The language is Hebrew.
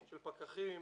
של פקחים,